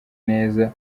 neza